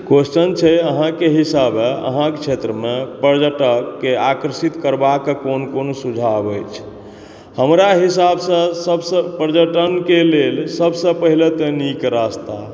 question छै अहाँके हिसाबे अहाँके क्षेत्र मे पर्यटक के आकर्षित करबाके क़ोन कोन सुझाव अछि हमरा हिसाब सॅं सबसे पर्यटन के लेल सबसे पहिले तऽ नीक रास्ता